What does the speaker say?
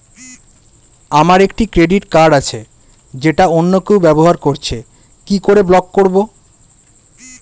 আমার একটি credit card আছে যেটা অন্য কেউ ব্যবহার করছে কি করে ব্লক করবো?